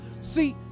See